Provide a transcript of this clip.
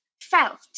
felt